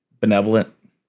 benevolent